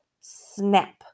Snap